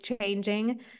changing